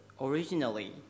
originally